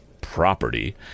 property